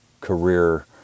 career